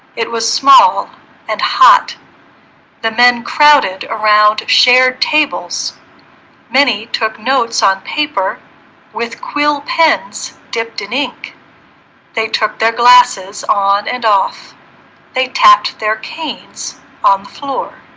it was small and hot the men crowded around shared tables many took notes on paper with quill pens dipped in ink they took their glasses on and off they tapped their canes on the floor